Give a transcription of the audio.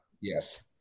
Yes